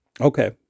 Okay